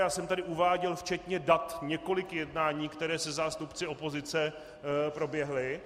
Já jsem tady uváděl včetně dat několik jednání, která se zástupci opozice proběhla.